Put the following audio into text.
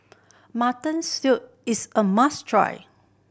Mutton Stew is a must try